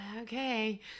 okay